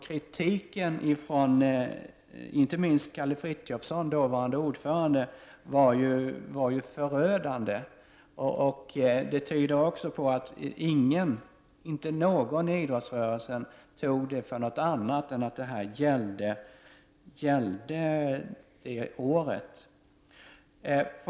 Kritiken från inte minst dåvarande ordföranden Kalle Frithiofson var ju förödande. Det är också något som tyder på att inte någon i idrottsrörelsen trodde något annat än att det gällde det året.